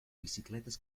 bicicletes